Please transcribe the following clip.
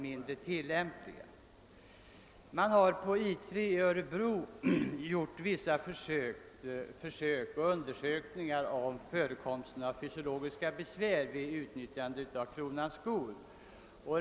Man har på 13 i Örebro gjort vissa undersökningar om förekomsten av fysiska besvär vid utnyttjandet av krönans skor.